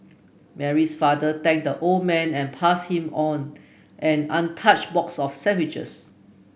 Mary's father thanked the old man and passed him on an untouched box of sandwiches